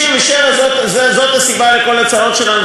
67' זאת הסיבה לכל הצרות שלנו?